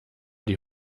die